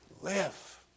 live